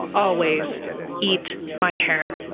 always eat my hair